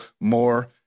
more